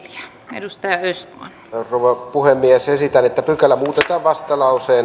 arvoisa puhemies esitän että pykälä saa vastalauseen